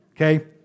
okay